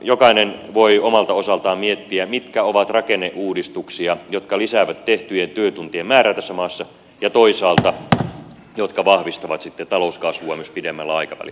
jokainen voi omalta osaltaan miettiä mitkä ovat rakenneuudistuksia jotka lisäävät tehtyjen työtuntien määrää tässä maassa ja toisaalta jotka vahvistavat sitten talouskasvua myös pidemmällä aikavälillä